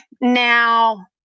now